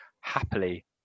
Happily